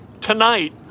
tonight